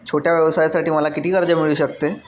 छोट्या व्यवसायासाठी मला किती कर्ज मिळू शकते?